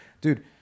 Dude